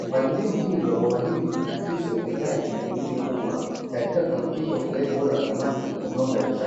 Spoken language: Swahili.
mpangilio mzuri wa bwawa hili huakisi uwekezaji na juhudi kubwa katika kuhakikisha ufugaji bora wa samaki unaozalisha.